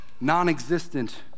non-existent